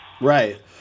right